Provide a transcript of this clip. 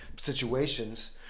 situations